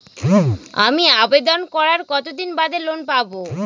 আমি আবেদন করার কতদিন বাদে লোন পাব?